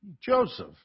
Joseph